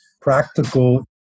practical